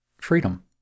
freedom